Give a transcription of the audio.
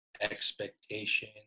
expectation